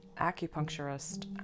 acupuncturist